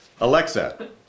Alexa